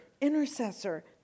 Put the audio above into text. intercessor